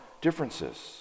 differences